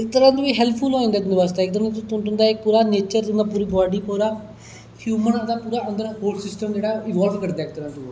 इक तरह दी हैल्पफुल होई जंदा तुदें आस्तै ओह् तुंदा इक पुरा नेचर तुंदा इक बाॅडी पूरा हिम्यून दा अंदर होल सिस्टम जेहड़ा इन्वालव होई जंदा इक तरह कन्नै ओह्